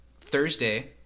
Thursday